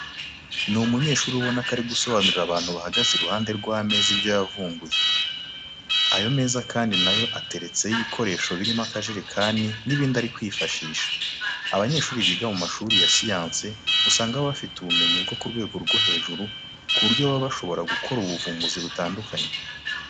Ni umunyeshuri ubona ko ari gusobanurira abantu bahagaze iruhande rw'ameza ibyo yavumbuye. Ayo meza kandi na yo ateretseho ibikoresho birimo akajerekani n'ibindi ari kwifashisha. Abanyeshuri biga mu mashuri ya siyansi usanga baba bafite ubumenyi bwo ku rwego rwo hejuru ku buryo baba bashobora gukora ubuvumbuzi butandukanye.